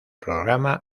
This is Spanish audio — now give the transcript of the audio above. programa